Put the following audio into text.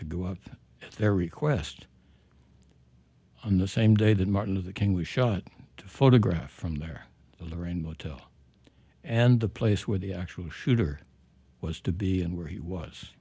to go out their request on the same day that martin luther king was shot to photograph from their lorraine motel and the place where the actual shooter was to be and where he was